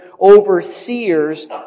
overseers